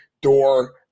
Door